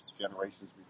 generations